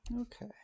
Okay